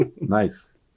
Nice